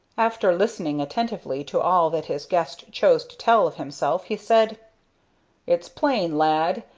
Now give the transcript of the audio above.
after listening attentively to all that his guest chose to tell of himself, he said it's plain, lad,